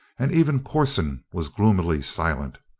and even corson was gloomily silent.